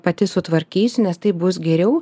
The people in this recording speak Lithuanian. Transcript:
pati sutvarkysiu nes taip bus geriau